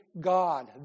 God